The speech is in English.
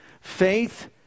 Faith